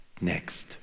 next